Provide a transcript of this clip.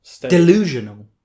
Delusional